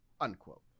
unquote